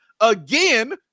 again